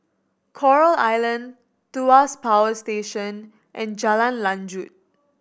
Coral Island Tuas Power Station and Jalan Lanjut